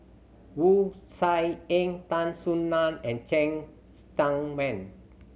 Wu Tsai Yen Tan Soo Nan and Cheng Tsang Man